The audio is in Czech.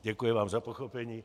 Děkuji vám za pochopení.